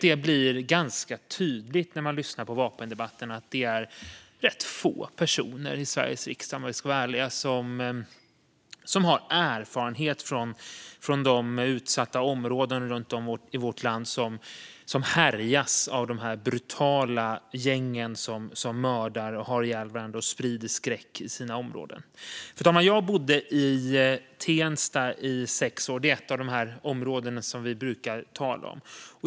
Det blir ganska tydligt när man lyssnar på vapendebatten att det är rätt få personer i Sveriges riksdag, om vi ska vara ärliga, som har erfarenhet från de utsatta områden runt om i vårt land som härjas av de brutala gängen som mördar, har ihjäl varandra och sprider skräck i sina områden. Fru talman! Jag bodde i Tensta i sex år. Det är ett av de områden som vi brukar tala om.